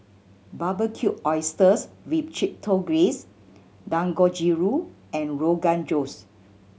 Barbecued Oysters with Chipotle Glaze Dangojiru and Rogan Josh